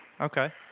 Okay